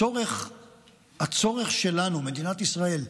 הצורך שלנו, מדינת ישראל,